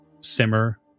simmer